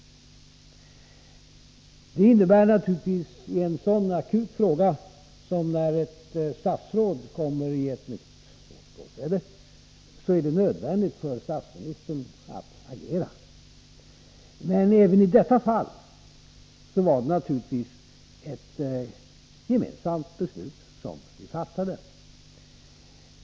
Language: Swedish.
Detta innebär naturligtvis att det i en sådan akut fråga som när ett statsråd kommer i ett mycket svårt blåsväder är nödvändigt för statsministern att agera. Men även i detta fall var det naturligtvis ett gemensamt beslut som vi fattade.